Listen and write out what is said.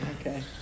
Okay